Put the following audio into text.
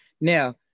Now